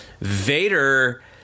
Vader